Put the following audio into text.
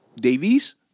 Davies